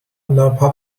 لاپها